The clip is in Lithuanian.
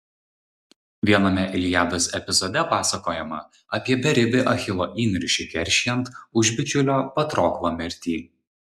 viename iliados epizode pasakojama apie beribį achilo įniršį keršijant už bičiulio patroklo mirtį